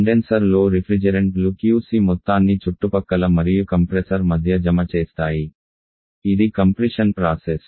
కండెన్సర్లో రిఫ్రిజెరెంట్లు QC మొత్తాన్ని చుట్టుపక్కల మరియు కంప్రెసర్ మధ్య జమ చేస్తాయి ఇది కుదింపు ప్రాసెస్